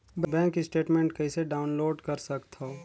Bank statement कइसे download कर सकथव?